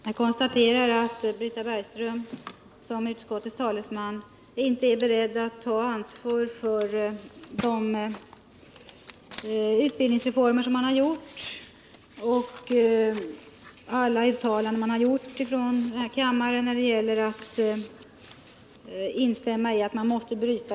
Herr talman! Jag konstaterar att Britta Bergström som utskottets talesman inte är beredd att ta ansvar för de utbildningsreformer som genomförts och inte heller för alla uttalanden man har gjort i denna kammare om att den sociala snedrekryteringen måste brytas.